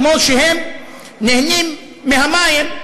כמו שהם נהנים מהמים,